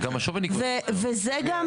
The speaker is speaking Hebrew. זה גם